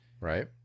Right